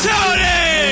Tony